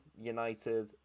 United